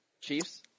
Chiefs